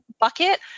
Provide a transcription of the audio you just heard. bucket